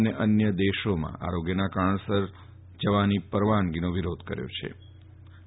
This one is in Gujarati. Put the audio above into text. અને બે અન્ય દેશોમાં આરોગ્યના કારણસર વિદેશ જવાની પરવાનગીનો વિરોધ કર્યો ફતો